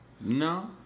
No